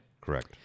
Correct